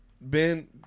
Ben